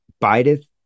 Bideth